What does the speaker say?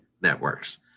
networks